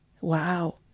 Wow